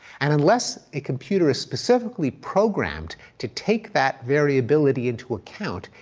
and unless a computer is specifically programmed to take that variability into account,